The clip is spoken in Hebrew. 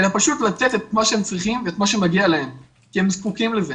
אלא פשוט לתת את מה שהם צריכים ואת מה שמגיע להם כי הם זקוקים לזה.